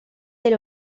del